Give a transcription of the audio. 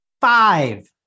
five